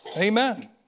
Amen